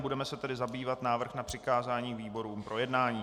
Budeme se tedy zabývat návrhem na přikázání výborům k projednání.